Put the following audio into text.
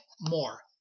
more